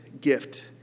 gift